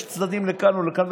יש צדדים לכאן ולכאן,